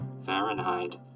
Fahrenheit